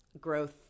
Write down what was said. growth